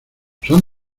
son